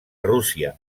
rússia